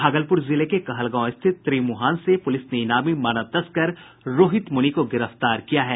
भागलपुर जिले के कहलगांव स्थित त्रिमुहान से पूलिस ने इनामी मानव तस्कर रोहित मूनि को गिरफ्तार कर लिया है